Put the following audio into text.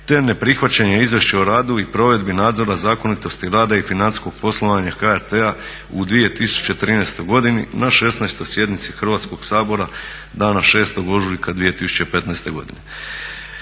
te neprihvaćanje izvješća o radu i provedbi nadzora zakonitosti rada i financijskog poslovanja HRT-a u 2013. godini na 16. sjednici Hrvatskoga sabora dana 6. ožujka 2015. godine.